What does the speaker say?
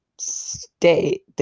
stay